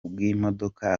bw’imodoka